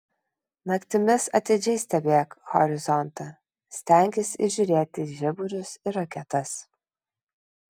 naktimis atidžiai stebėk horizontą stenkis įžiūrėti žiburius ir raketas